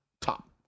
top